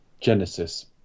Genesis